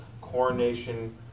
coronation